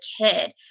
kid